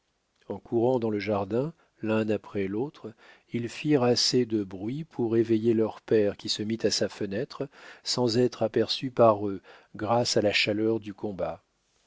en courant dans le jardin l'un après l'autre ils firent assez de bruit pour éveiller leur père qui se mit à sa fenêtre sans être aperçu par eux grâce à la chaleur du combat